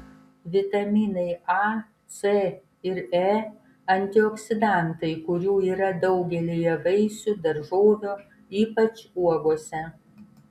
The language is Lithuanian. vitaminai a c ir e antioksidantai kurių yra daugelyje vaisių daržovių ypač uogose